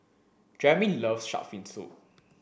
Jeremey loves shark's fin soup